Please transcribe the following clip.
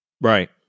right